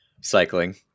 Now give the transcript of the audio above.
cycling